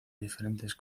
diferentes